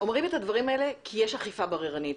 אומרים את הדברים האלה כי יש אכיפה בררנית.